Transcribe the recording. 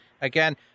again